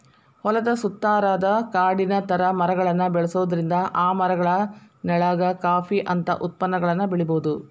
ಹೊಲದ ಸುತ್ತಾರಾದ ಕಾಡಿನ ತರ ಮರಗಳನ್ನ ಬೆಳ್ಸೋದ್ರಿಂದ ಆ ಮರಗಳ ನೆಳ್ಳಾಗ ಕಾಫಿ ಅಂತ ಉತ್ಪನ್ನಗಳನ್ನ ಬೆಳಿಬೊದು